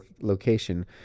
location